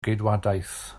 geidwadaeth